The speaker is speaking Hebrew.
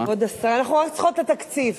אנחנו רק צריכות את התקציב.